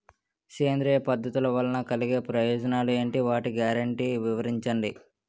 సేంద్రీయ పద్ధతుల వలన కలిగే ప్రయోజనాలు ఎంటి? వాటి గ్యారంటీ వివరించండి?